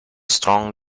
strong